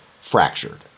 fractured